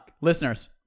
Listeners